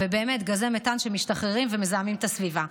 גזי מתאן שמשתחררים ומזהמים את הסביבה.